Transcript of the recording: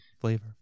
Flavor